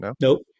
nope